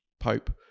Pope